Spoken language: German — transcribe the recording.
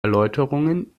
erläuterungen